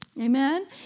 Amen